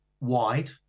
wide